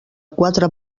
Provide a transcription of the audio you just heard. quatre